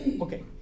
okay